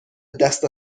دست